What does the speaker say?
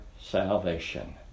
salvation